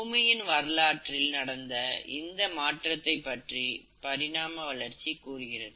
பூமியின் வரலாற்றில் நடந்த இந்த மாற்றத்தைப் பற்றி பரிணாம வளர்ச்சி கூறுகிறது